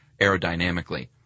aerodynamically